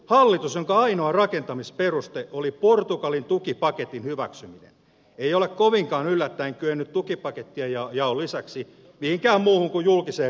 hallitus jonka ainoa rakentamisperuste oli portugalin tukipaketin hyväksyminen ei ole kovinkaan yllättäen kyennyt tukipakettien jaon lisäksi mihinkään muuhun kuin julkiseen riitelyyn